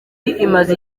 imaze